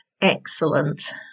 excellent